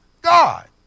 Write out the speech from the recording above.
God